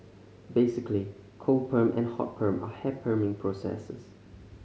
basically cold perm and hot perm are hair perming processes